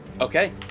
Okay